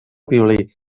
violí